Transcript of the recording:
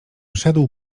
szedł